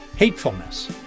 Hatefulness